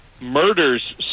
murders